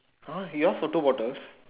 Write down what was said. !huh! you asked for two bottles